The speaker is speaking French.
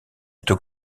être